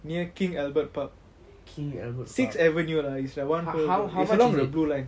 king albert park how how